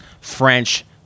French